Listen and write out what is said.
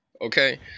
okay